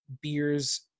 beers